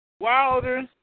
Wilder